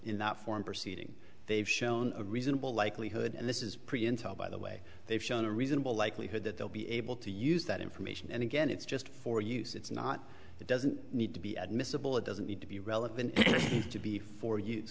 in that form proceeding they've shown a reasonable likelihood and this is pretty intel by the way they've shown a reasonable likelihood that they'll be able to use that information and again it's just for use it's not it doesn't need to be admissible it doesn't need to be relevant to be for